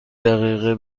دقیقه